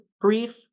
brief